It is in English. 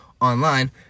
online